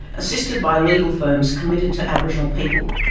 assisted by legal firms committed to aboriginal people.